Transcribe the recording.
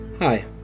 Hi